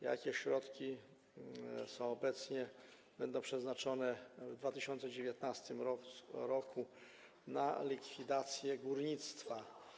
Jakie środki są obecnie, jakie będą przeznaczone w 2019 r. na likwidację górnictwa?